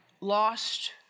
lost